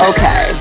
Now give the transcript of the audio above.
Okay